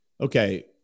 Okay